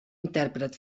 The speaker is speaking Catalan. intèrpret